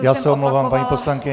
Já se omlouvám, paní poslankyně.